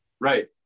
Right